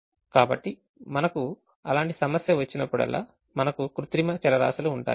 కాబట్టి మనకు అలాంటి సమస్యలు వచ్చినప్పుడల్లా మనకు కృత్రిమ చరరాశులు ఉంటాయి